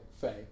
Faye